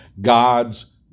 God's